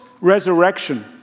resurrection